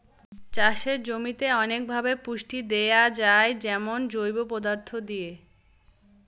চাষের জমিতে অনেকভাবে পুষ্টি দেয়া যায় যেমন জৈব পদার্থ দিয়ে